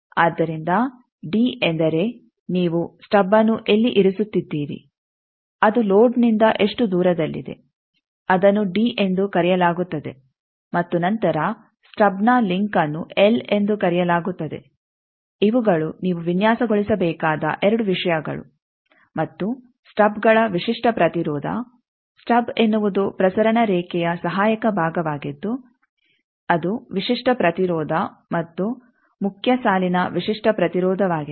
ಆದ್ದರಿಂದ ಡಿ ಎಂದರೆ ನೀವು ಸ್ಟಬ್ಅನ್ನು ಎಲ್ಲಿ ಇರಿಸುತ್ತಿದ್ದೀರಿ ಅದು ಲೋಡ್ನಿಂದ ಎಷ್ಟು ದೂರದಲ್ಲಿದೆ ಅದನ್ನು ಡಿ ಎಂದು ಕರೆಯಲಾಗುತ್ತದೆ ಮತ್ತು ನಂತರ ಸ್ಟಬ್ನ ಲಿಂಕ್ಅನ್ನು ಎಲ್ ಎಂದು ಕರೆಯಲಾಗುತ್ತದೆ ಇವುಗಳು ನೀವು ವಿನ್ಯಾಸಗೊಳಿಸಬೇಕಾದ 2 ವಿಷಯಗಳು ಮತ್ತು ಸ್ಟಬ್ಗಳ ವಿಶಿಷ್ಟ ಪ್ರತಿರೋಧ ಸ್ಟಬ್ ಎನ್ನುವುದು ಪ್ರಸರಣ ರೇಖೆಯ ಸಹಾಯಕ ಭಾಗವಾಗಿದ್ದು ಅದು ವಿಶಿಷ್ಟ ಪ್ರತಿರೋಧ ಮತ್ತು ಮುಖ್ಯ ಸಾಲಿನ ವಿಶಿಷ್ಟ ಪ್ರತಿರೋಧವಾಗಿದೆ